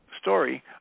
story